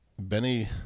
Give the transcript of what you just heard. Benny